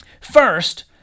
First